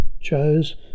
chose